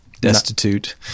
destitute